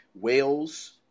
Wales